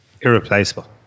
irreplaceable